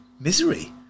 misery